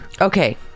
okay